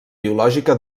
biològica